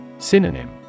Synonym